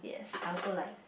I also like